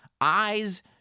eyes